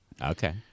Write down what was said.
Okay